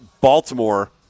baltimore